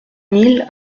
mille